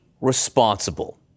responsible